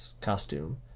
costume